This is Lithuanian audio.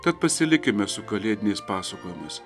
tad pasilikime su kalėdiniais pasakojimais